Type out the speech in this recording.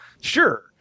Sure